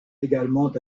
également